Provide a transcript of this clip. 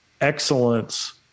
excellence